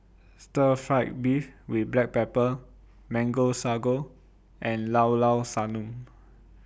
Stir Fried Beef with Black Pepper Mango Sago and Llao Llao Sanum